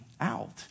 out